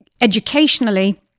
Educationally